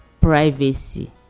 privacy